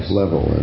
level